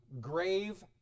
grave